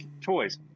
toys